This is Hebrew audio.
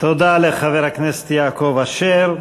תודה לחבר הכנסת יעקב אשר.